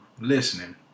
listening